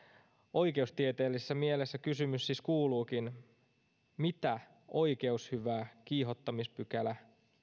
oikeustieteellisessä mielessä kysymys siis kuuluukin mitä oikeushyvää kiihottamispykälä